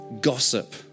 gossip